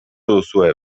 duzue